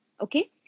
Okay